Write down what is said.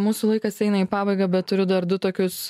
mūsų laikas eina į pabaigą bet turiu dar du tokius